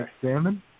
salmon